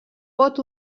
pot